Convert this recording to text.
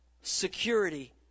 security